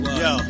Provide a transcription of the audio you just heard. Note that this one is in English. yo